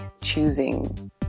choosing